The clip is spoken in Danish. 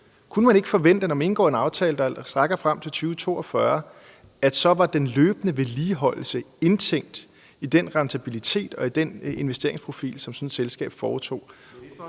Kunne vi ikke forvente, at når man indgik en aftale, der strakte sig frem til 2042, så var den løbende vedligeholdelse indtænkt i den rentabilitet og i den investeringsprofil, som sådan et selskab foretog?